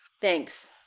Thanks